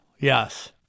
Yes